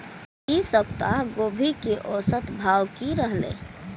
ई सप्ताह गोभी के औसत भाव की रहले?